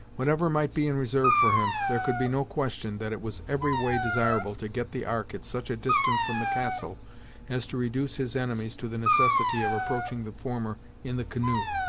whatever might be in reserve for him, there could be no question that it was every way desirable to get the ark at such a distance from the castle as to reduce his enemies to the necessity of approaching the former in the canoe,